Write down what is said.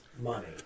money